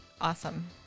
awesome